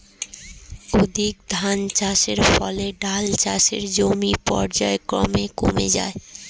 অধিক ধানচাষের ফলে ডাল চাষের জমি পর্যায়ক্রমে কমে যাচ্ছে